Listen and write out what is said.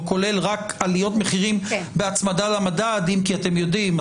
כולל רק עליות מחירים בהצמדה למדד אם כי אתם יודעים,